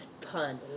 pun